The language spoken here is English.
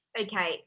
Okay